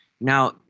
Now